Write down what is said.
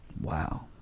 Wow